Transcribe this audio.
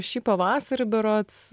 šį pavasarį berods